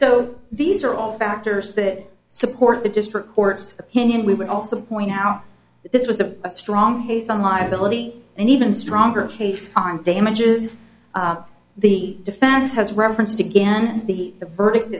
so these are all factors that support the district court's opinion we would also point out that this was a strong case on liability and even stronger case on damages the defense has referenced again the the verdict